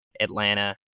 Atlanta